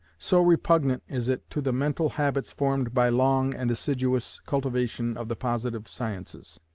so repugnant is it to the mental habits formed by long and assiduous cultivation of the positive sciences.